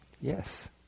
Yes